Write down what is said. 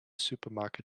supermarket